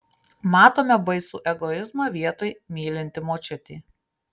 matome baisų egoizmą vietoj mylinti močiutė